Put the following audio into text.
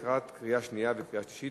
לקראת קריאה שנייה וקריאה שלישית.